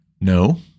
No